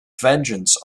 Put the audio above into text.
vengeance